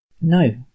No